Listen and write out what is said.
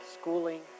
schooling